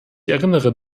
erinnere